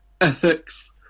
ethics